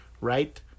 right